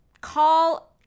call